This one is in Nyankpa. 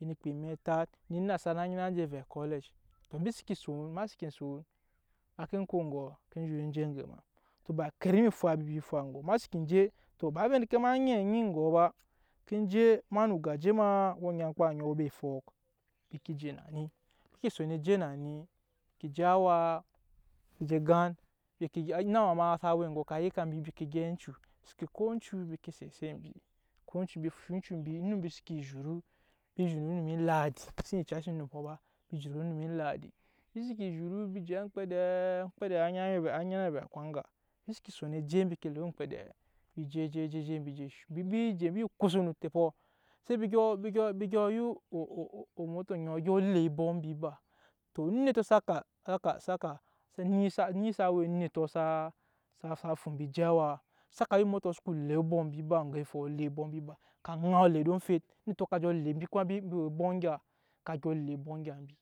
eŋkpem emɛ etat ne enasara á naa nyi nje go okolege tɔ embi seke ma seke son ma ke ko eŋgoɔ ke zhuru je aŋge ma tɔ ba karami efwabi embi fwa egɔ ma seke je tɔ ba wai vɛ nike nyi anyi egɔ ba ke je ma no ogajema owɛ nyankpa ogɔ owɛ ambe efɔk embi ke je na ni mbi se son je na ni mbi e je awa mbi je gan onama ma sa we eŋgɔkɔ ka yika mbi embi ke gyɛp oncu seke ko oncu embi ween set eset mbi ko oncu mbi fusha oncu mbi fusha oncu mbi onum mbi seke zhuru mbi zhuru onum ladima sen yucasi onumpɔ ba embi zhuru onum ladi embi seke zhuru embe le aŋmkpede oŋmkpede á naa nyi ni vɛɛ akwanga embi seke son eje embi ke le oŋmkpedeɛ embi je je je embi sho embi be je mbi kusa no otepɔ se embi dyɔ ya omoto oŋɔ ole obɔk mbi ba tɔ onetɔ sa fu mbi je awa saka ya omoto oŋke le obɔk mbi o ba eŋge efoɔ kpo le obɔk mbi ba ka ŋawu le ed'obɔk omfet onetɔ ka ŋau le mbi ku mbi we obɔk engya mbi.